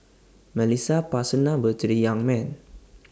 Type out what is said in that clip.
Melissa passed her number to the young man